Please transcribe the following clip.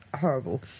horrible